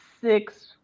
six